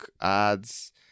ads